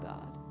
God